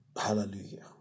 Hallelujah